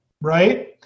right